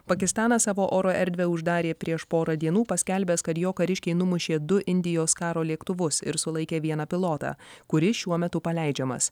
pakistanas savo oro erdvę uždarė prieš porą dienų paskelbęs kad jo kariškiai numušė du indijos karo lėktuvus ir sulaikė vieną pilotą kuris šiuo metu paleidžiamas